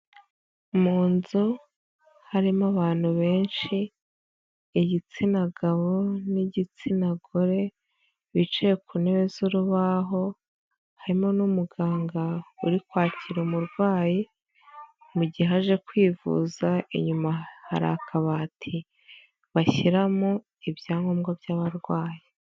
Mu nzu harimo abantu benshi igitsina gabo n'igitsina gore bicaye ku ntebe z'urubaho harimo n'umuganga uri kwakira umurwayi mu gihe aje kwivuza, inyuma hari akabati bashyiramo ibyangombwa by'abarwayi.